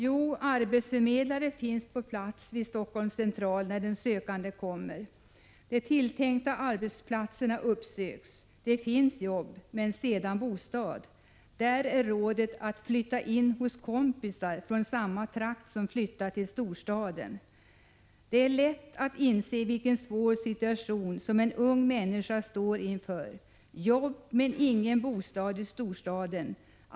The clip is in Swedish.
Jo, arbetsförmedlare finns på plats vid Helsingforss central när den sökande kommer. De tilltänkta arbetsplatserna uppsöks. Det finns jobb — men ingen bostad. Rådet blir att flytta in hos kompisar från samma trakt, som flyttat till storstaden. Det är lätt att inse vilken svår situation som en ung människa står inför. Jobb men ingen bostad i storstaden.